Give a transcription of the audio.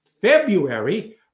February